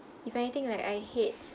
if anything like I hate